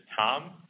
Tom